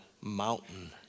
mountain